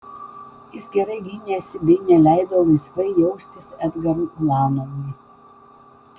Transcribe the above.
jis gerai gynėsi bei neleido laisvai jaustis edgarui ulanovui